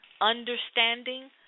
Understanding